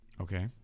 Okay